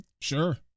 Sure